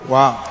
Wow